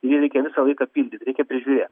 jį reikia visą laiką pildyt reikia prižiūrėt